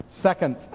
second